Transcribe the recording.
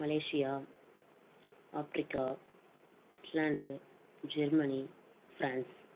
Malaysia Africa island Germany France